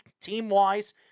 team-wise